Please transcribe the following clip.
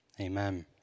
Amen